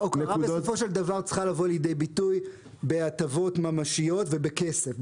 הוקרה בסופו של דבר צריכה לבוא לידי ביטוי בהטבות ממשיות ובכסף.